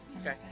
Okay